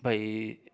भई